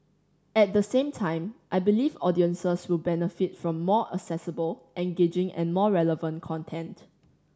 at the same time I believe audiences will benefit from more accessible engaging and more relevant content